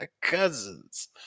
cousins